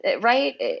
right